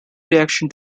reaction